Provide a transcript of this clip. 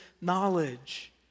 knowledge